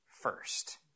first